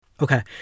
Okay